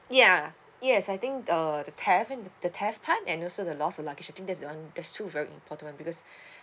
ya yes I think uh the theft the theft part and also the loss of luggage I think that's the one that's two are very important [one] because